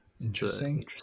Interesting